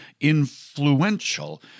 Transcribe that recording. influential